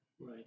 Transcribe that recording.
Right